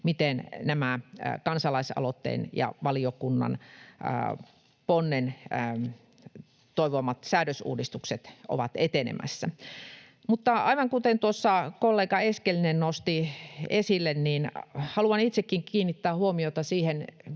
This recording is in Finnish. miten nämä kansalais-aloitteen ja valiokunnan ponnen toivomat säädösuudistukset ovat etenemässä. Mutta aivan kuten tuossa kollega Eskelinen nosti esille, haluan itsekin kiinnittää huomiota siihen,